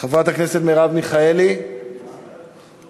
חברת הכנסת מרב מיכאלי, מוותרת.